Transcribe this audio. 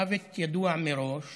מוות ידוע מראש